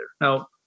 Now